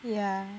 ya